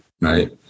right